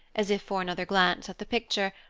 as if for another glance at the picture,